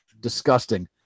disgusting